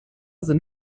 sind